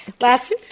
Last